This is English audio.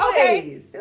Okay